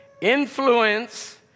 Influence